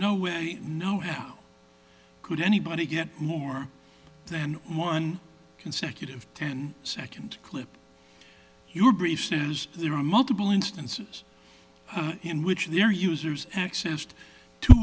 no way no how could anybody get more than one consecutive ten second clip your brief says there are multiple instances in which their users acce